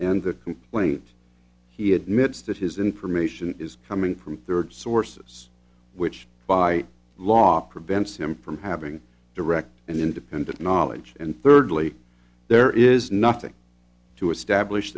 the complaint he admits that his information is coming from third sources which by law prevents him from having direct and independent knowledge and thirdly there is nothing to establish